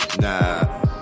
Nah